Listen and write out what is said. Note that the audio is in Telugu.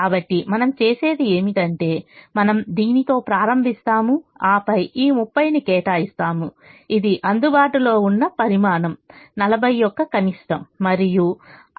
కాబట్టి మనం చేసేది ఏమిటంటే మనము దీనితో ప్రారంభిస్తాము ఆపై ఈ 30 ని కేటాయిస్తాము ఇది అందుబాటులో ఉన్న పరిమాణం 40 యొక్క కనిష్టం మరియు అవసరమైన పరిమాణం 30